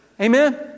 Amen